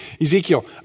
Ezekiel